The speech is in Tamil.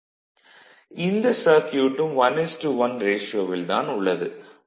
இந்த சர்க்யூட்டும் 11 ரேஷியோவில் தான் உள்ளது